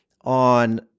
on